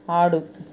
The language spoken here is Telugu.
ఆడు